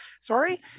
sorry